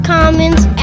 Commons